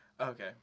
Okay